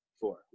four